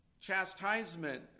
chastisement